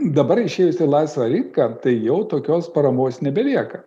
dabar išėjus į laisvą rinką tai jau tokios paramos nebelieka